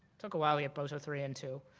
took a while to get boto three in too,